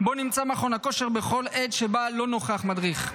שבו נמצא מכון כושר בכל עת שבה לא נוכח מדריך.